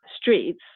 streets